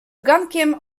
gankiem